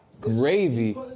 Gravy